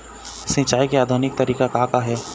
सिचाई के आधुनिक तरीका का का हे?